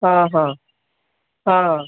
ହଁ ହଁ ହଁ